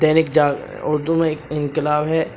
دینک جاگ اردو میں ایک انقلاب ہے